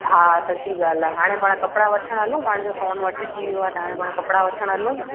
हा सची ॻाल्हि आहे हाणे पाण कपिड़ा वठिणु हलूं पांहिंजो सोन वठिजी वियो आहे त हाणे पाण कपिड़ा वठिणु हलूं